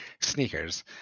Sneakers